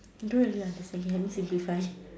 don't really understand can help me simplify